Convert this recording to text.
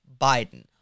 Biden